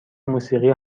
موسیقی